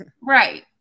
Right